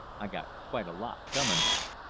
i got quite a lot coming, now.